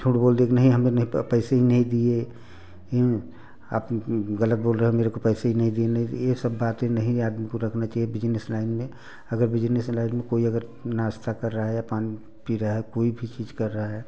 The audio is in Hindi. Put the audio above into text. झूठ बोल दिया कि नहीं हमें नहीं पैसे ही नहीं दिए आप गलत बोल रहे हो मेरे को पैसे ही नहीं दिए ये सब बातें नहीं आदमी को रखना चाहिए बिजनेस लाइन में अगर बिजनेस लाइन में कोई अगर नाश्ता कर रहा है या पानी पी रहा है कोई भी चीज़ कर रहा है